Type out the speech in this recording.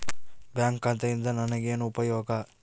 Bank ಖಾತೆಯಿಂದ ನನಗೆ ಏನು ಉಪಯೋಗ?